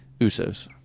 Usos